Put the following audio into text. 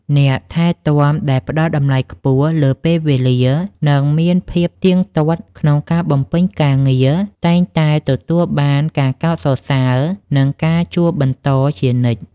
អ្នកថែទាំដែលផ្តល់តម្លៃខ្ពស់លើពេលវេលា និងមានភាពទៀងទាត់ក្នុងការបំពេញការងារ តែងតែទទួលបានការកោតសរសើរ និងការជួលបន្តជានិច្ច។